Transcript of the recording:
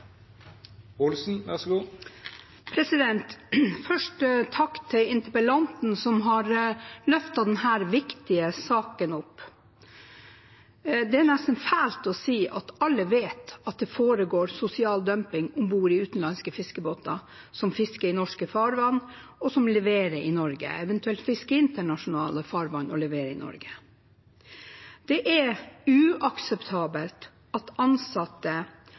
nesten fælt å si at alle vet at det foregår sosial dumping om bord i utenlandske fiskebåter som fisker i norske farvann, og som leverer i Norge, eventuelt fisker i internasjonale farvann og leverer i Norge. Det er uakseptabelt at ansatte,